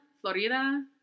Florida